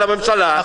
על הממשלה,